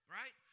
right